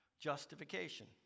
justification